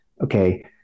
okay